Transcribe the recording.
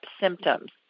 symptoms